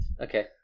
Okay